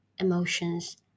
Emotions